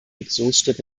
exhaustive